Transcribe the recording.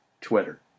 Twitter